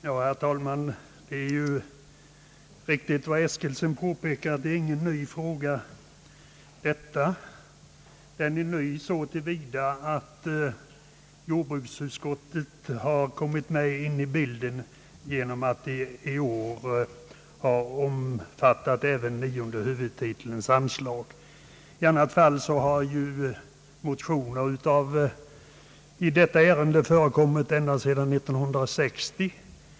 Herr talman! Detta är, som herr Eskilsson mycket riktigt påpekade, ingen ny fråga. Den är ny endast så till vida att jordbruksutskottet har kommit med i bilden på grund av att motionerna i år har gällt även nionde huvudtitelns anslag. I övrigt har motioner i detta ärende förekommit ända sedan 1960.